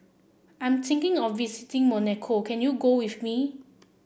I'm thinking of visiting Monaco can you go with me